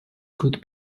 could